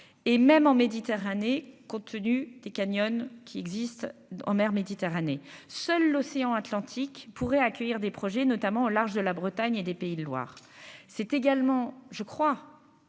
et même en Méditerranée, compte tenu des Canyon qui existe en mer Méditerranée, seul l'océan Atlantique pourrait accueillir des projets, notamment au large de la Bretagne et des Pays de Loire c'est également je crois